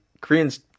Koreans